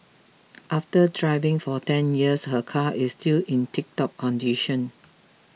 after driving for ten years her car is still in tiptop condition